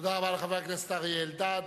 תודה רבה לחבר הכנסת אריה אלדד.